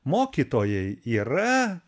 mokytojai yra